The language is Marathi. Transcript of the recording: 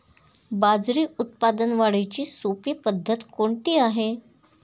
बाजरी उत्पादन वाढीची सोपी पद्धत कोणती आहे?